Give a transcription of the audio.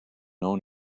own